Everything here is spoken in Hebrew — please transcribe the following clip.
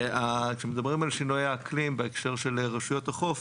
כשמדברים על שינויי האקלים בהקשר של רשויות החוף,